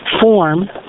form